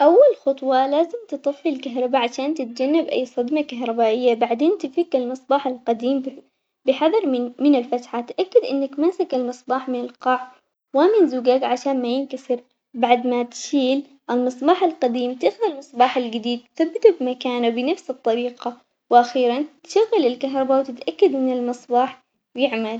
تأخذ مجموعة من الفواكه الطازجة مثل التفاح والموز والبرتقال، والعنب تغسلهن زين بعدين تقطعهم إلى قطع صغ- صغيرة إذا تحب ممكن تضيف شوية عصير ليمون أو عسل لتحسين الطعم، تخلط الفواكه مع بعض في صحن وتقدمها باردة، هذي السلطة سهلة وخفيفة ومناسبة لأي وقت.